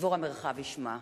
דבורה מרחבי שמה.